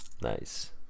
Nice